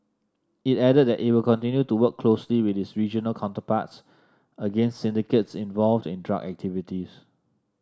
it added that it will continue to work closely with its regional counterparts against syndicates involved in drug activities